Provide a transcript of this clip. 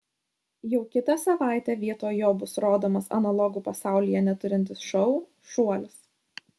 jau kitą savaitę vietoj jo bus rodomas analogų pasaulyje neturintis šou šuolis